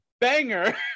banger